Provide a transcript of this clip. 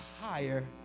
higher